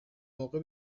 موقع